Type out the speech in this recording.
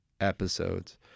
episodes